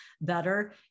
better